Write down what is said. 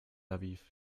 aviv